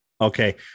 Okay